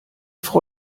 frau